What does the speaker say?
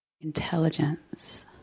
intelligence